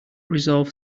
resolve